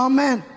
Amen